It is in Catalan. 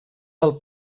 del